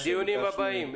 בדיונים הבאים.